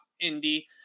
Indy